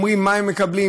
אומרים מה הם מקבלים,